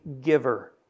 giver